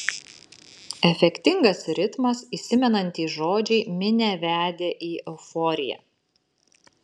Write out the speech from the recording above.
efektingas ritmas įsimenantys žodžiai minią vedė į euforiją